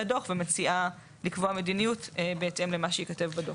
הדוח ומציעה לקבוע מדיניות בהתאם למה שייכתב בדוח.